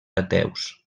ateus